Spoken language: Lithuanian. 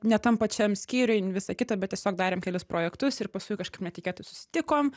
ne tam pačiam skyriuj visa kita bet tiesiog darėm kelis projektus ir paskui kažkaip netikėtai susitikom